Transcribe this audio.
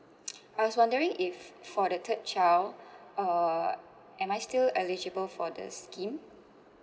I was wondering if for the third child uh am I still eligible for the scheme